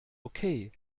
okay